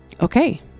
Okay